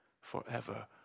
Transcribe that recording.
forever